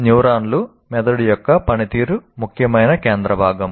న్యూరాన్లు మెదడు యొక్క పనితీరు ముఖ్యమైన కేంద్ర భాగం